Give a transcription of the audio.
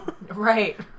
Right